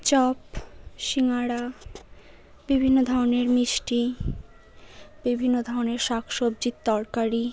chop সিঙাড়া বিভিন্ন ধরনের মিষ্টি বিভিন্ন ধরনের শাক সবজির তরকারি